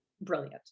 brilliant